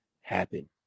happen